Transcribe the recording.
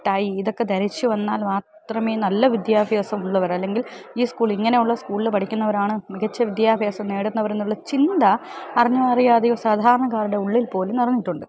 ട്ടായി ഇതൊക്കെ ധരിച്ചു വന്നാൽ മാത്രമേ നല്ല വിദ്യാഭ്യാസം ഉള്ളവർ അല്ലെങ്കിൽ ഈ സ്കൂൾ ഇങ്ങനെയുള്ള സ്കൂളിൽ പഠിക്കുന്നവരാണ് മികച്ച വിദ്യാഭ്യാസം നേടുന്നവരെന്നുള്ള ചിന്ത അറിഞ്ഞോ അറിയാതെയോ സാധാരണക്കാരുടെ ഉള്ളിൽ പോലും നിറഞ്ഞിട്ടുണ്ട്